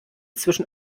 zwischen